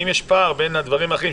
האם יש פער עם הדברים האחרים,